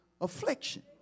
affliction